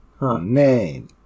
name